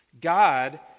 God